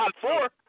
four